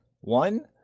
one